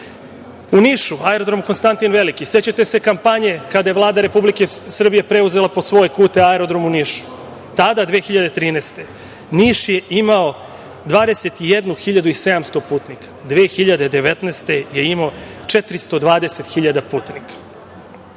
Nišu, aerodrom "Konstantin veliki" sećate se kampanje kada je Vlada Republike Srbije preuzela pod svoje kute aerodrom u Nišu. Tada 2013. godine Niš je imao 21.700 putnika, a 2019. godine je imao 420.000 putnika. Obim